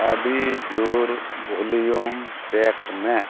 ᱟᱹᱰᱤ ᱡᱳᱨ volume set ᱢᱮ